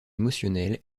émotionnelle